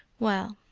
well,